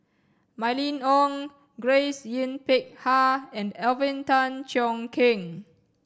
Mylene Ong Grace Yin Peck Ha and Alvin Tan Cheong Kheng